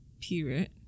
period